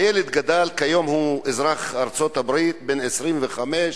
הילד גדל, כיום הוא אזרח ארצות-הברית בן 25,